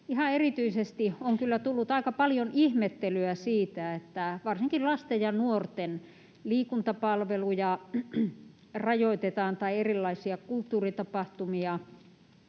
erityisesti on kyllä tullut aika paljon ihmettelyä siitä, että varsinkin lasten ja nuorten liikuntapalveluja rajoitetaan tai erilaisia kulttuuritapahtumia,